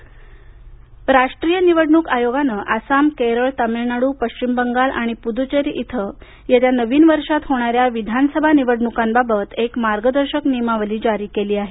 निवडणूक आयोग राष्ट्रीय निवडणूक आयोगानं आसाम केरळ तामिळनाडू पश्चिम बंगला आणि पुद्द्चेरी इथं येत्या नवीन वर्षात होणाऱ्या विधानसभा निवडणुकांबाबत एक मार्गदर्शक नियमावली जारी केली आहे